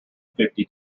fifty